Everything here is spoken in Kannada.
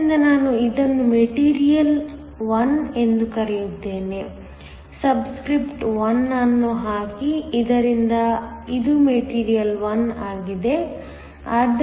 ಆದ್ದರಿಂದ ನಾನು ಇದನ್ನು ಮೆಟೀರಿಯಲ್ 1 ಎಂದು ಕರೆಯುತ್ತೇನೆ ಸಬ್ಸ್ಕ್ರಿಪ್ಟ್ 1 ಅನ್ನು ಹಾಕಿ ಇದರಿಂದ ಇದು ಮೆಟೀರಿಯಲ್ 1 ಆಗಿದೆ